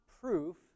proof